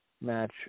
match